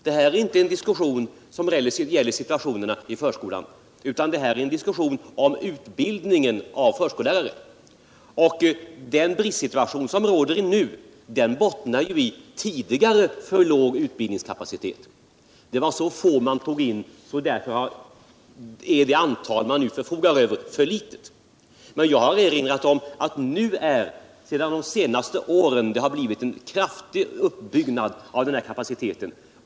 Det är inte situationen i förskolan som det handlar om, utan det är en diskussion om utbildningen av förskollärare. Den nuvarande bristsituationen bottnar i en tidigare alltför låg utbildningskapacitet, då man tog in alltför få för utbildning, varför det antal förskollärare som vi nu förfogar över blivit för litet. Men jag har erinrat om att det under de senaste åren har blivit en kraftig utbyggnad av den kapaciteten.